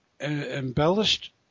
embellished